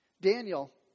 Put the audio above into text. Daniel